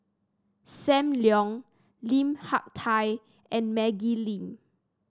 Sam Leong Lim Hak Tai and Maggie Lim